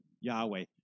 Yahweh